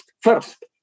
First